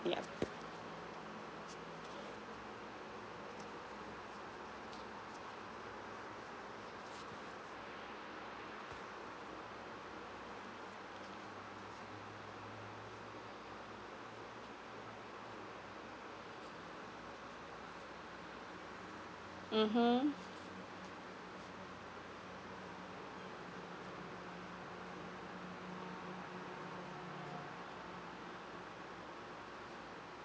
yup mmhmm